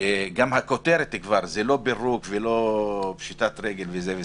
שגם הכותרת היא לא "פירוק" או "פשיטת רגל",